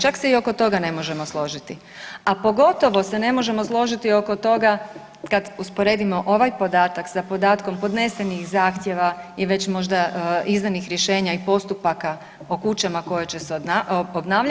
Čak se i oko toga ne možemo složiti, a pogotovo se ne možemo složiti oko toga kad usporedimo ovaj podatak sa podatkom podnesenih zahtjeva i već možda izdanih rješenja i postupaka o kućama koje će se obnavljati.